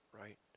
right